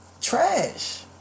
trash